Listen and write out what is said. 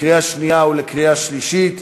לקריאה שנייה ולקריאה שלישית.